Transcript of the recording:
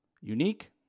unique